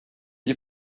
die